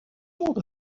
موقع